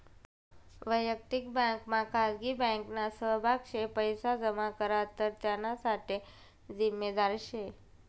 वयक्तिक बँकमा खाजगी बँकना सहभाग शे पैसा जमा करात तर त्याना साठे जिम्मेदार शे